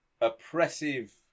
oppressive